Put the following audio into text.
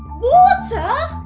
water?